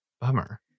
Bummer